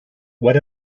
what